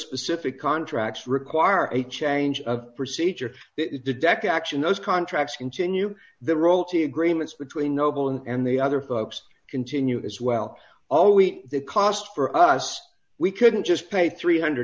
specific contracts require a change of procedure if the deck action those contracts continue the roll to agreements between noble and the other folks continued as well all we the cost for us we couldn't just pay three hundred